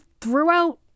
throughout